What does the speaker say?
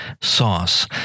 sauce